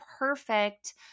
perfect